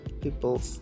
people